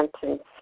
sentence